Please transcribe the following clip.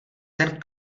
ten